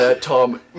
Tom